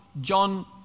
John